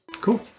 Cool